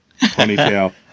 ponytail